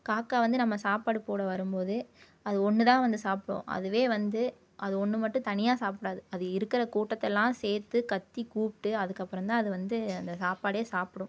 காக்கா வந்து நம்ம சாப்பாடு போட வரும் போது அது ஒன்று தான் வந்து சாப்பிடும் அதுவே வந்து அது ஒன்று மட்டும் தனியாக சாப்பிடாது அது இருக்கிற கூட்டத்தை எல்லாம் சேர்த்து கத்தி கூப்பிட்டு அதுக்கப்புறம் தான் அது வந்து அந்த சாப்பாடு சாப்பிடும்